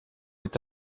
est